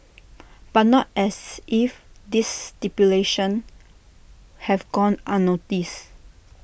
but not as if this stipulations have gone unnoticed